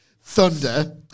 Thunder